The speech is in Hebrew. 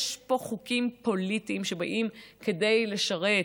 יש פה חוקים פוליטיים שבאים כדי לשרת,